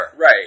Right